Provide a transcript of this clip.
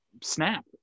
snap